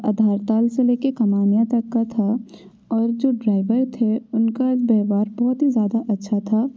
आधारताल से ले कर कमानिया तक का था और जो ड्राइवर थे उनका व्यवहार बहुत ही ज़्यादा अच्छा था